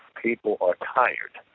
people are tired.